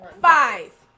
five